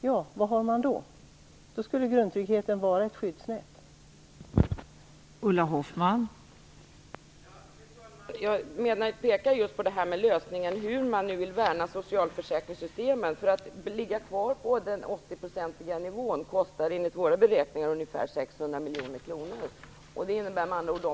Grundtryggheten skulle vara ett skyddsnät för dem.